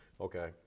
okay